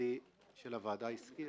המשפטי של הוועדה הזכיר.